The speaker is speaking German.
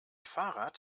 fahrrad